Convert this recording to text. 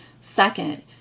Second